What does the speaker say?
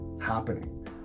happening